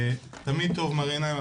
תמיד טוב מראה עיניים.